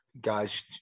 guys